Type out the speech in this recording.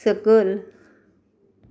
सकयल